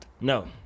No